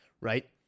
right